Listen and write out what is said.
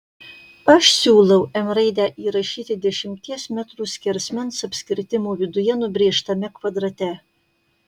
aš siūliau m raidę įrašyti dešimties metrų skersmens apskritimo viduje nubrėžtame kvadrate